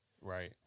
Right